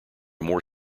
more